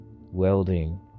welding